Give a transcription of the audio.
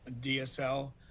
DSL